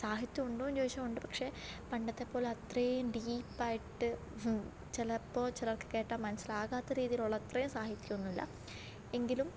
സാഹിത്യം ഉണ്ടോന്ന് ചോദിച്ചാൽ ഉണ്ട് പക്ഷേ പണ്ടത്തെ പോലെ അത്രയും ഡീപ്പായിട്ട് ചിലപ്പോൾ ചിലർക്ക് കേട്ടാൽ മനസ്സിലാകാത്ത രീതീലുള്ള അത്രയും സാഹിത്യോന്നുമില്ല എങ്കിലും